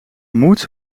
moed